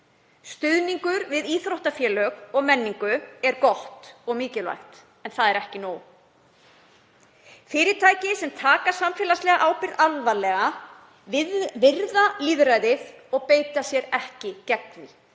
Stuðningur við íþróttafélög og menningu er góður og mikilvægur, en það er ekki nóg. Fyrirtæki sem taka samfélagslega ábyrgð alvarlega virða lýðræðið og beita sér ekki gegn því.